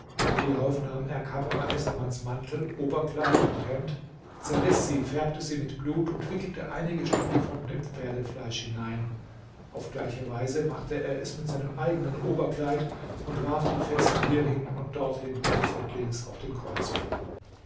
hierauf nahm er kamr essamans mantel oberkleid und hemd zerriß sie färbte sie mit blut und wickelte einige stücke von dem pferdefleisch hinein auf gleiche weise machte er es mit seinem eigenen oberkleid und warf die fetzen hierhin und dorthin rechts und links auf den kreuzweg